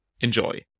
Enjoy